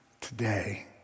today